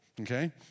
okay